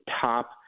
top